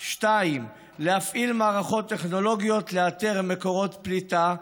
2. להפעיל מערכות טכנולוגיות לאתר מקורות פליטה,